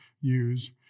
use